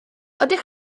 ydych